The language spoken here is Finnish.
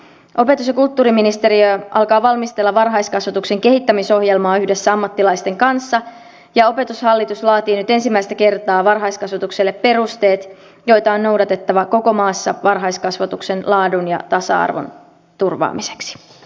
opetus ja kulttuuriministeriö alkaa valmistella varhaiskasvatuksen kehittämisohjelmaa yhdessä ammattilaisten kanssa ja opetushallitus laatii nyt ensimmäistä kertaa varhaiskasvatukselle perusteet joita on noudatettava koko maassa varhaiskasvatuksen laadun ja tasa arvon turvaamiseksi